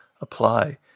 apply